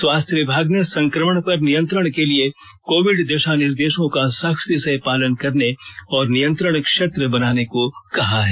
स्वास्थ्य विभाग ने संक्रमण पर नियंत्रण के लिए कोविड दिशा निर्देशों का सख्ती से पालन करने और नियंत्रण क्षेत्र बनाने को कहा है